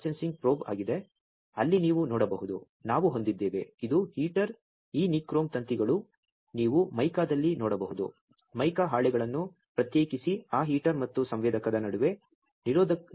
ಇದು gas sensing probe ಆಗಿದೆ ಅಲ್ಲಿ ನೀವು ನೋಡಬಹುದು ನಾವು ಹೊಂದಿದ್ದೇವೆ ಇದು ಹೀಟರ್ ಈ ನಿಕ್ರೋಮ್ ತಂತಿಗಳು ನೀವು ಮೈಕಾದಲ್ಲಿ ನೋಡಬಹುದು ಮೈಕಾ ಹಾಳೆಗಳನ್ನು ಪ್ರತ್ಯೇಕಿಸಿ ಆ ಹೀಟರ್ ಮತ್ತು ಸಂವೇದಕದ ನಡುವೆ ನಿರೋಧನವನ್ನು ಒದಗಿಸುತ್ತದೆ